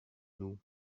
nous